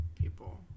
people